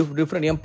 different